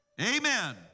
Amen